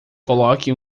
coloque